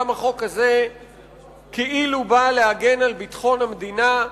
גם החוק הזה כאילו בא להגן על ביטחון המדינה,